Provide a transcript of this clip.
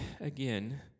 again